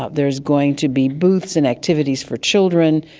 ah there's going to be booths and activities for children,